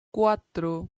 cuatro